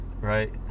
right